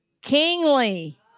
kingly